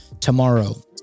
tomorrow